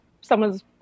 someone's